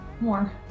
more